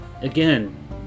again